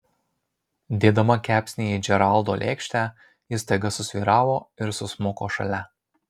dėdama kepsnį į džeraldo lėkštę ji staiga susvyravo ir susmuko šalia